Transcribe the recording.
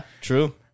true